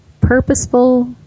purposeful